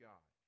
God